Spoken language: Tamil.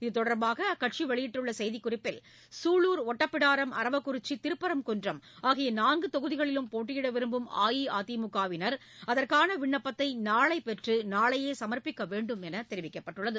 இத்தொடர்பாக அக்கட்சி வெளியிட்டுள்ள செய்திக்குறிப்பில் குளூர் ஒட்டப்பிடாரம் அரவக்குறிச்சி திருப்பரங்குன்றம் ஆகிய நான்கு தொகுதிகளிலும் போட்டியிட விரும்பும் அஇஅதிமுகவினர் அதற்கான விண்ணப்பத்தை நாளை பெற்று நாளையே சமா்ப்பிக்க வேண்டும் என தெரிவிக்கப்பட்டுள்ளது